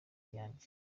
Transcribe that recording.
yanjye